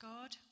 God